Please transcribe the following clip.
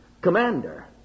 Commander